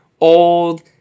old